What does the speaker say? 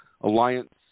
Alliance